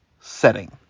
setting